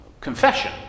confession